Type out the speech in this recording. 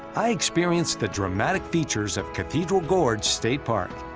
i experience the dramatic features of cathedral gorge state park.